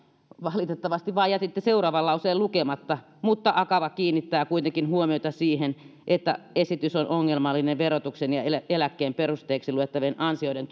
valitettavasti vaan jätitte seuraavan lauseen lukematta akava kiinnittää kuitenkin huomiota siihen että esitys on ongelmallinen verotuksen ja eläkkeen perusteeksi luettavien ansioiden